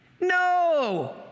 No